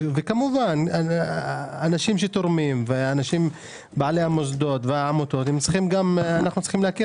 וכמובן אנשים שתורמים ואנשים בעלי המוסדות והעמותות אנחנו צריכים להקל